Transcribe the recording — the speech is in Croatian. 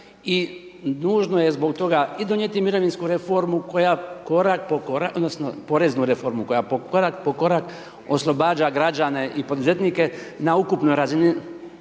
i nužno je zbog toga i donijeti mirovinsku reformu koja korak po korak odnosno poreznu reformu koja korak po korak oslobađa građane i poduzetnike na ukupnoj razini